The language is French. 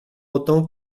autant